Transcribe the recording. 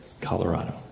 Colorado